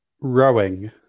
rowing